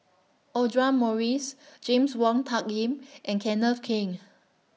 Audra Morrice James Wong Tuck Yim and Kenneth Keng